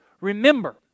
remember